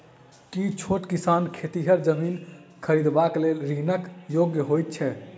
की छोट किसान खेतिहर जमीन खरिदबाक लेल ऋणक योग्य होइ छै?